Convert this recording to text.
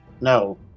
no